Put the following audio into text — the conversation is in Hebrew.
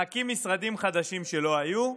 להקים משרדים חדשים שלא היו,